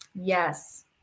Yes